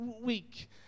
week